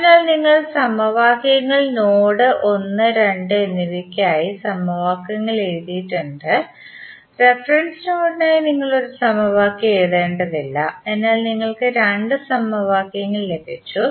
അതിനാൽ നിങ്ങൾ സമവാക്യങ്ങൾ നോഡ് 1 2 എന്നിവയ്ക്കായി സമവാക്യങ്ങൾ എഴുതിയിട്ടുണ്ട് റഫറൻസ് നോഡിനായി നിങ്ങൾ ഒരു സമവാക്യവും എഴുതേണ്ടതില്ല അതിനാൽ നിങ്ങൾക്ക് രണ്ട് സമവാക്യങ്ങൾ ലഭിച്ചു